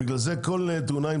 מה הבעיה לעשות שם קווי הפרדה?